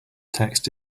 text